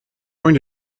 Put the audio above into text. going